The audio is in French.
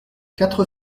quatre